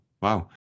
wow